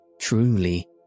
Truly